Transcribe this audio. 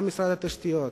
גם משרד התשתיות,